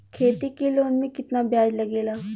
खेती के लोन में कितना ब्याज लगेला?